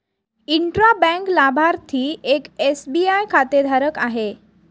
intra bank लाभार्थी एक SBI खातेधारक आहे